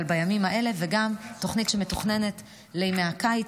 אבל בימים האלה, וגם תוכנית שמתוכננת לימי הקיץ.